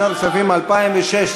לשנת הכספים 2016,